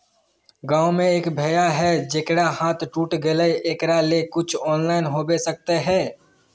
गाँव में एक भैया है जेकरा हाथ टूट गले एकरा ले कुछ ऑनलाइन होबे सकते है?